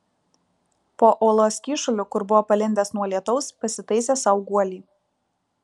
po uolos kyšuliu kur buvo palindęs nuo lietaus pasitaisė sau guolį